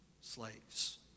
slaves